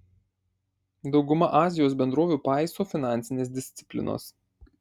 dauguma azijos bendrovių paiso finansinės disciplinos